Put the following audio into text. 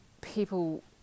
people